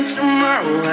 Tomorrow